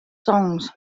songs